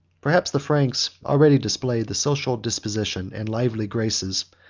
perhaps the franks already displayed the social disposition, and lively graces,